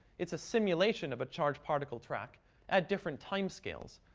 it's a simulation of a charged particle track at different timescales.